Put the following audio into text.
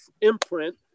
imprint